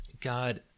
God